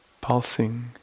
pulsing